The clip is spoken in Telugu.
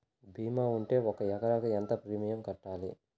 భీమా ఉంటే ఒక ఎకరాకు ఎంత ప్రీమియం కట్టాలి?